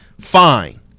Fine